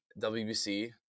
WBC